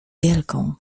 wielką